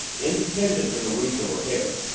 independent to the roots of her hair,